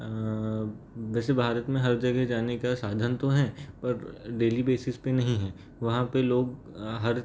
वैसे भारत में हर जगह जाने का साधन तो हैं पर डेली बेसिस पर नहीं हैं वहाँ पे लोग हर